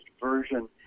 version